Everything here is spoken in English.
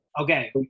okay